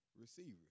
receivers